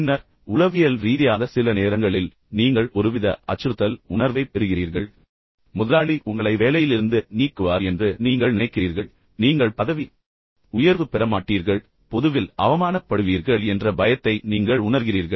பின்னர் உளவியல் ரீதியாக சில நேரங்களில் நீங்கள் ஒருவித அச்சுறுத்தல் உணர்வைப் பெறுகிறீர்கள் முதலாளி உங்களை வேலையிலிருந்து நீக்குவார் என்று நீங்கள் நினைக்கிறீர்கள் நீங்கள் கண்டிக்கப்படுவீர்கள் என்று நீங்கள் நினைக்கிறீர்கள் நீங்கள் பதவி உயர்வு பெற மாட்டீர்கள் பொதுவில் அவமானப்படுவீர்கள் என்ற பயத்தை நீங்கள் உணர்கிறீர்கள்